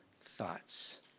thoughts